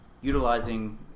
utilizing